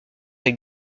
est